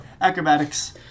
Acrobatics